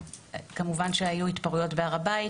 כמובן שהיו התפרעויות בהר הבית.